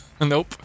Nope